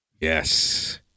Yes